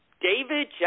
David